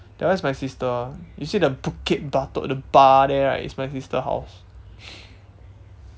that one is my sister you see the bukit-batok the ba~ there right is my sister's house